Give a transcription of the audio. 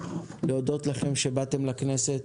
להודות לכם שבאתם לכנסת,